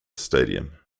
stadium